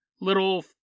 little